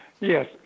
Yes